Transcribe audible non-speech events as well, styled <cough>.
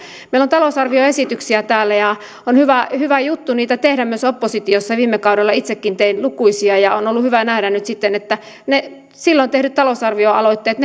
meillä on talousarvioesityksiä täällä ja on hyvä hyvä juttu niitä tehdä myös oppositiossa viime kaudella itsekin tein lukuisia ja on ollut hyvä nähdä nyt sitten että ne silloin tehdyt talousarvioaloitteet <unintelligible>